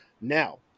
Now